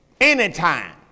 anytime